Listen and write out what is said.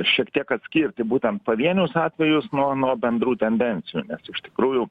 šiek tiek atskirti būtent pavienius atvejus nuo nuo bendrų tendencijų nes iš tikrųjų